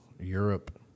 Europe